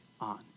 On